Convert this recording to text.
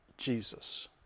Jesus